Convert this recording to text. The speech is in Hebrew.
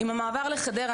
עם המעבר לחדרה,